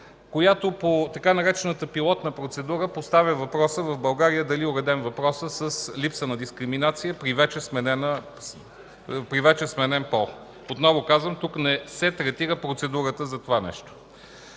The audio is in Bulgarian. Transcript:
която по така наречената „пилотна процедура” пита дали в България е уреден въпросът с липса на дискриминация при вече сменен пол. Отново казвам, тук не се третира процедурата за това нещо.